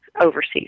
overseas